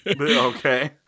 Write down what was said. Okay